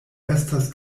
estas